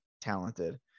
talented